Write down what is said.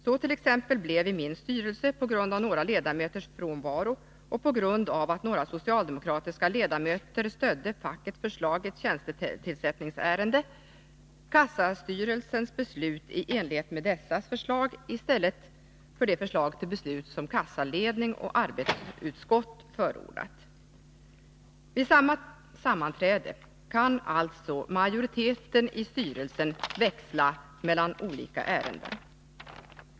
Så blev t.ex. i min styrelse, på grund av några ledamöters frånvaro och på grund av att några socialdemokratiska ledamöter stödde fackets förslag i ett tjänstetillsättningsärende, kassastyrelsens beslut i enlighet med dessas förslag i stället för det förslag till beslut som kassaledning och arbetsutskott hade förordat. Vid samma sammanträde kan alltså majoriteten i styrelsen växla mellan olika ärenden.